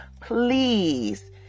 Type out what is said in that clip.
please